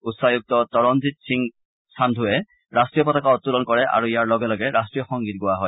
উচ্চায়ুক্ত তৰণজিৎ সিং সাঙ্গুৱে ৰাষ্ট্ৰীয় পতাকা উত্তোলন কৰে আৰু ইযাৰ লগে লগে ৰাষ্ট্ৰীয় সংগীত গোৱা হয়